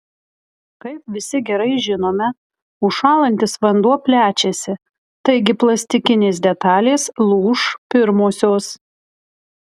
kaip visi gerai žinome užšąlantis vanduo plečiasi taigi plastikinės detalės lūš pirmosios